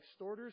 extorters